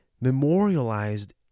memorialized